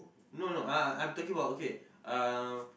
no no uh I'm talking about okay uh